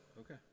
okay